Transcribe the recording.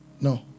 no